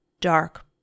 dark